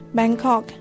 Bangkok